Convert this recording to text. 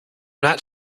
not